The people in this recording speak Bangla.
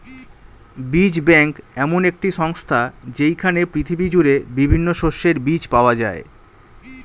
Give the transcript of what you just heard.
বীজ ব্যাংক এমন একটি সংস্থা যেইখানে পৃথিবী জুড়ে বিভিন্ন শস্যের বীজ পাওয়া যায়